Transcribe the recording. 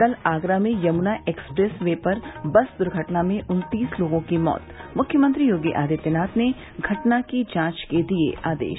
कल आगरा में Yamuna expressway पर बस दुर्घटना में उन्तीस लोगों की मौत मुख्यमंत्री योगी आदित्यनाथ ने घटना की जांच के दिये आदेश